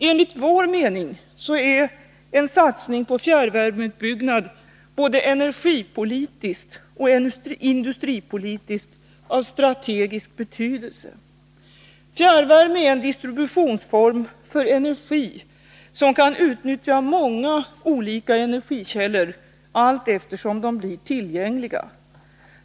Enligt vår mening är en satsning på fjärrvärmeutbyggnad både energipolitiskt och industripolitiskt av strategisk betydelse. Fjärrvärme är en distributionsform för energi som kan utnyttja många olika energikällor allteftersom de blir tillgängliga.